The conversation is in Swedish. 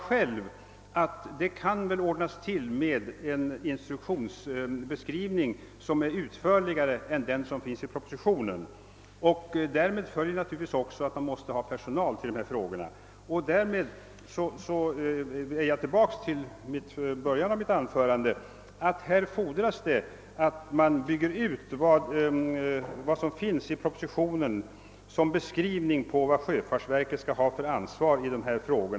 Han sade att man kan väl ordna med en mera utförlig verksinstruktion än den som beskrives i propositionen. Därav följer givetvis att man måste ha personal för att sköta dessa ärenden. Därmed är jag tillbaka till vad jag började mitt anförande med, nämligen att det är nödvändigt att bygga ut den beskrivning som finns i propositionen rörande sjöfartsverkets ansvar i dessa frågor.